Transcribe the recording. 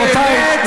רבותיי,